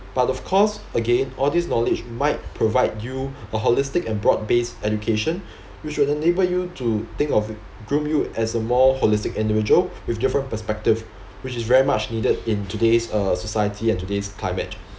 but of course again all this knowledge might provide you a holistic and broad based education which will enable you to think of groom you as a more holistic individual with different perspective which is very much needed in today's uh society and today's climate